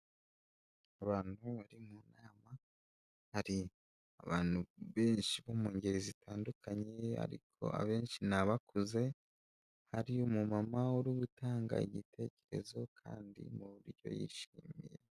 Abantu bari mu nama hari abantu benshi bo mu ngeri zitandukanye ariko abenshi ni abakuze, hari umu mamama uri gutanga igitekerezo kandi mu buryo yishimiye.